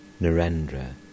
Narendra